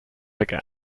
again